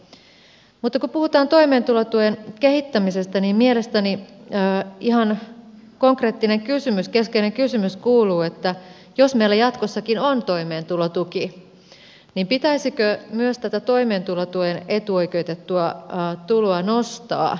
mutta kun puhutaan toimeentulotuen kehittämisestä niin mielestäni ihan konkreettinen kysymys keskeinen kysymys kuuluu että jos meillä jatkossakin on toimeentulotuki niin pitäisikö myös tätä toimeentulotuen etuoikeutettua tuloa nostaa